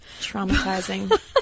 Traumatizing